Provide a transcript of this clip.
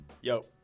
Yo